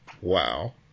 Wow